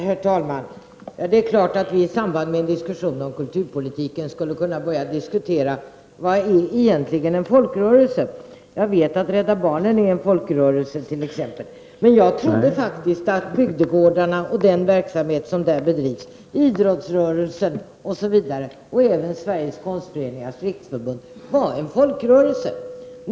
Herr talman! Det är klart att vi i samband med en diskussion om kulturpolitiken skulle kunna börja diskutera vad en folkrörelse egentligen är. Jag vet att t.ex. Rädda barnen är en folkrörelse. Men jag trodde faktiskt att bygdegårdarna och den verksamhet som där bedrivs, att idrottsrörelsen och att även Sveriges konstföreningars riksförbund var folkrörelser.